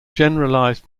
generalized